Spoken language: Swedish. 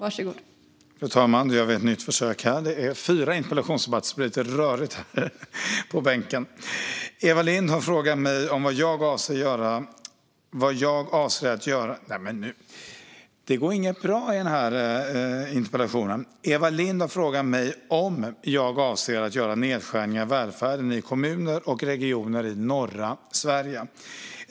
Fru talman! Eva Lindh har frågat mig om jag avser att göra nedskärningar i välfärden i kommuner och regioner i norra Sverige.